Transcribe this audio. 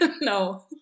No